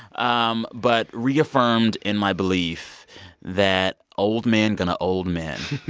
um but reaffirmed in my belief that old men going to old men.